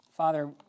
Father